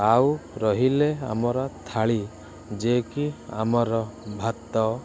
ଆଉ ରହିଲେ ଆମର ଥାଳି ଯିଏକି ଆମର ଭାତ